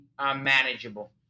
manageable